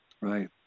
Right